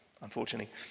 unfortunately